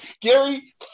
Gary